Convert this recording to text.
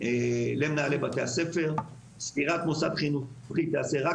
למנהלי בתי הספר; סגירת מוסד חינוכי תיעשה רק